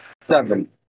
seven